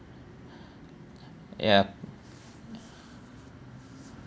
ya